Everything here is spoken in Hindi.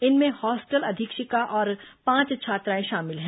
इनमें हॉस्टल अधीक्षिका और पांच छात्राएं शामिल हैं